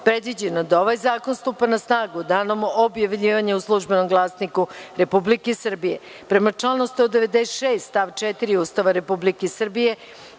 predviđeno da ovaj zakon stupa na snagu danom objavljivanja u „Službenom glasniku Republike Srbije“.Prema članu 196. stav 4. Ustava Republike Srbije